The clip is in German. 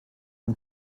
den